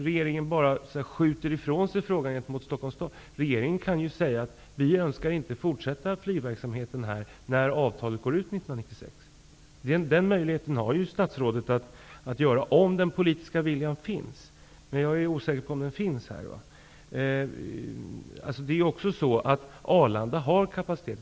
Regeringen bara skjuter ifrån sig frågan till Stockholms stad. Regeringen kan ju säga att den inte önskar att flygverksamheten skall fortsätta där när avtalet går ut 1996. Statsrådet har ju möjligheten att göra det, om den politiska viljan finns. Men jag är osäker på om den finns. Dessutom har Arlanda kapacitet.